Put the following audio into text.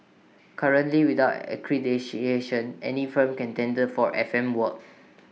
currently without accreditation any firm can tender for F M work